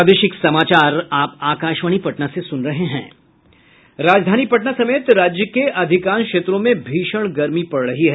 राजधानी पटना समेत राज्य के अधिकांश क्षेत्रों में भीषण गर्मी पड़ रही है